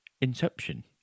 Inception